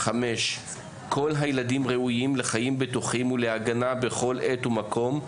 כל הילדים ראויים לחיים בטוחים ולהגנה כל עת ומקום,